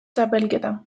txapelketa